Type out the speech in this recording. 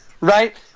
Right